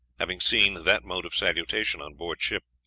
having seen that mode of salutation on board ship.